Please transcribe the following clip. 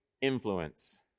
Influence